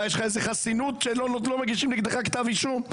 מה יש לך איזה חסינות שלא מגישים נגדך כתב אישום?